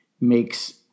makes